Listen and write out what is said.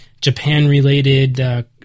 Japan-related